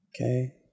Okay